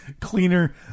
Cleaner